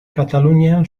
katalunian